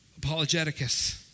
Apologeticus